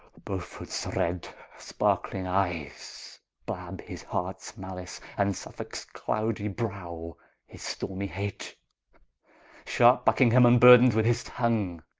beaufords red sparkling eyes blab his hearts mallice, and suffolks cloudie brow his stormie hate sharpe buckingham vnburthens with his tongue,